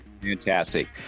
Fantastic